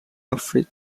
office